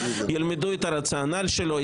ילמדו את הרציונל שלו,